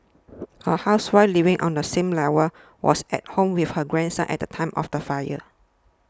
a housewife living on the same level was at home with her grandson at time of the fire